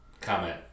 comment